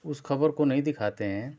उस खबर को नहीं दिखाते हैं